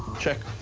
check,